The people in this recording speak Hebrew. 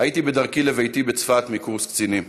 הייתי בדרכי לביתי בצפת מקורס קצינים.